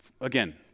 Again